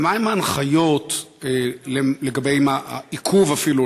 מה הן ההנחיות לגבי עיכוב אפילו,